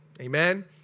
Amen